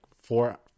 four